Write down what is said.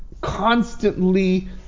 constantly